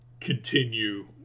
continue